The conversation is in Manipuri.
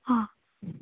ꯑꯥ